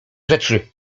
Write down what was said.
rzeczy